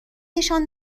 نشان